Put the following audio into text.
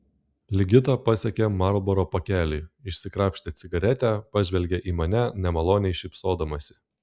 ligita pasiekė marlboro pakelį išsikrapštė cigaretę pažvelgė į mane nemaloniai šypsodamasi